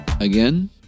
Again